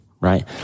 right